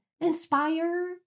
inspire